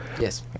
Yes